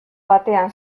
batean